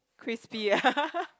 crispy